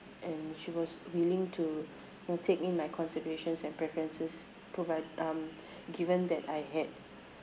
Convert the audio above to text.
and she was willing to know take in my considerations and preferences provide um given that I had